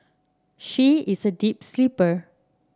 she is a deep sleeper